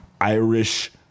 Irish